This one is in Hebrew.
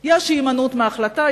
יש הימנעות מהחלטה,